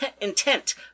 intent